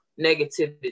negativity